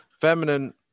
feminine